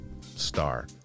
star